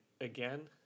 again